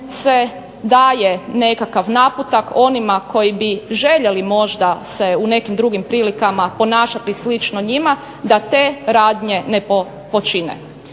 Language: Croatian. se daje nekakav naputak onima koji bi željeli možda se u nekim drugim prilikama ponašati slično njima da te radnje ne počine.